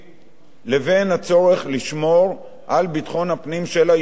לבין הצורך לשמור על ביטחון הפנים של היישובים.